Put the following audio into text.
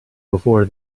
before